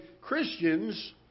Christians